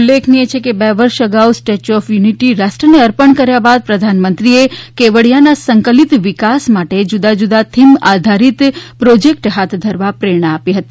ઉલ્લેખનિય છે કે બે વર્ષ અગાઉ સ્ટેચ્યુ ઓફ યુનિટી રાષ્ટ્રને અર્પણ કર્યા બાદ પ્રધાનમંત્રીએ કેવડિયાના સંકલિત વિકાસ માટે જુદાજુદા થીમ આધારિત પ્રોજેકટ હાથ ધરવા પ્રેરણા આપી હતી